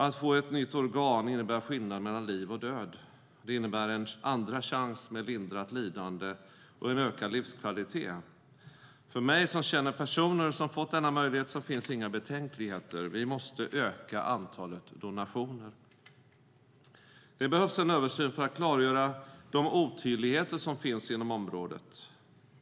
Att få ett nytt organ innebär skillnad mellan liv och död. Det innebär en andra chans med lindrat lidande och en ökad livskvalitet. För mig som känner personer som har fått denna möjlighet finns inga betänkligheter: Vi måste öka antalet donationer! Det behövs en översyn för att klargöra de otydligheter som finns inom området.